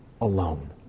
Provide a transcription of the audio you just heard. alone